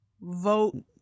vote